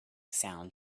sound